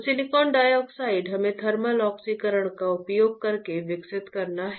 तो silicon dioxide हमें thermal ऑक्सीकरण का उपयोग करके विकसित करना है